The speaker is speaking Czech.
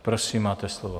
Prosím, máte slovo.